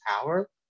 power